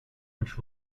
which